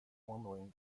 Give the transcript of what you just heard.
formerly